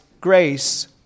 grace